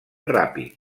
ràpid